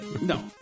No